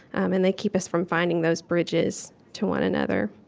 and they keep us from finding those bridges to one another